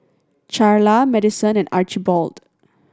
Charla Maddison and Archibald